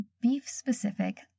beef-specific